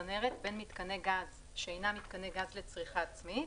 בצנרת בין מיתקני גז שאינם מיתקני גז לצריכה עצמית,